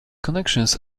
connections